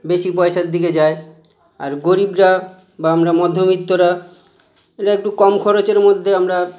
বেশি পয়সার দিকে যায় আর গরিবরা বা আমরা মধ্যবিত্তরা এরা একটু কম খরচের মধ্যে আমরা